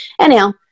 anyhow